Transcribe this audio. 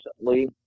recently